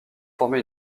formait